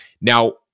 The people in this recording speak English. Now